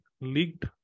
leaked